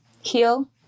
heal